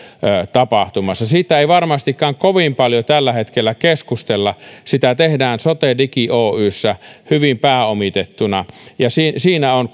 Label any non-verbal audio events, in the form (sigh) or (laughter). tapahtumassa siitä ei varmastikaan kovin paljon tällä hetkellä keskustella sitä tehdään sotedigi oyssä hyvin pääomitettuna ja siinä on (unintelligible)